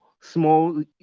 small